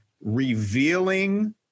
revealing